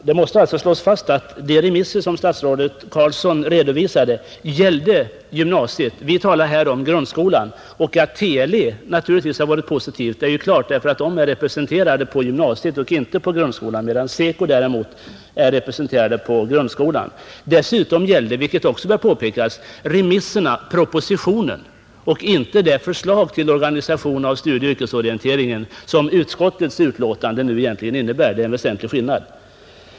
Fru talman! Det måste slås fast att de remissvar som statsrådet Carlsson hänvisade till gällde gymnasiet, men här talar vi nu om grundskolan. Det är naturligt att man i TLE har varit positiv, eftersom man ju där är representerad i gymnasiet men inte i grundskolan, medan SECO däremot är representerad i grundskolan, Dessutom bör påpekas att det då gällde remissvar på propositionens förslag, inte på det förslag till organisation av studieoch yrkesorienteringen som utskottets betänkande egentligen innebär, Det är också en väsentlig skillnad.